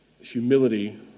humility